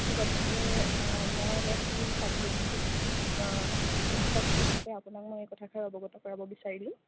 গতিকে মই এগৰাকী চাবজেক্ট শিক শিক্ষক হিচাপে আপোনাক মই এই কথাষাৰ অৱগত কৰাব বিচাৰিলোঁ